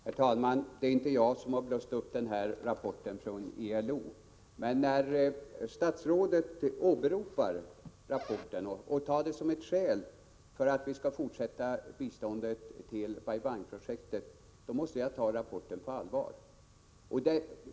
Herr talman! Det är inte jag som blåst upp denna rapport från ILO. Men när statsrådet åberopar rapporten och tar den som skäl för att fortsätta biståndet till Bai Bang-projektet, då måste jag ta denna rapport på allvar.